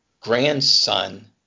grandson